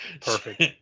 perfect